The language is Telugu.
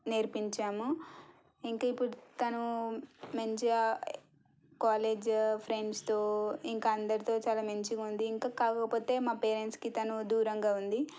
నేర్పించాము ఇంకా ఇప్పుడు తను మంచిగా కాలేజ్ ఫ్రెండ్స్తో ఇంకా అందరితో చాలా మంచిగా ఉంది ఇంకా కాకపోతే మా పేరెంట్స్కి తను దూరంగా ఉంది